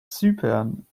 zypern